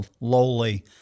lowly